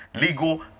legal